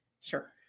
Sure